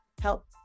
help